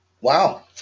Wow